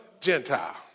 Gentile